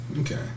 okay